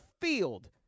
field